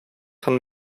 van